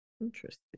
Interesting